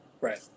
Right